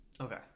Okay